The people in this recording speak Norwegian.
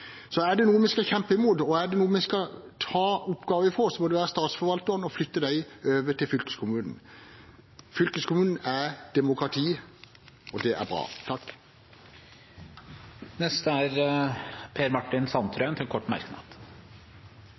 Er det noe vi skal kjempe imot, og er det noen vi skal ta oppgaver fra, må det være Statsforvalteren, og flytte de oppgavene over til fylkeskommunen. Fylkeskommunen er demokrati, og det er bra. Representanten Per Martin Sandtrøen har hatt ordet to ganger tidligere og får ordet til en kort merknad,